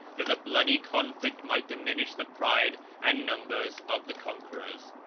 that the bloody conflict might diminish the pride and numbers of the conquerors.